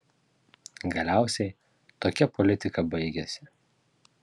galiausiai tokia politika baigėsi